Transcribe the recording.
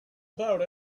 about